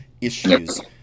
issues